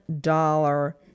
dollar